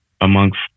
amongst